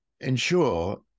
ensure